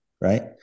right